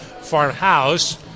Farmhouse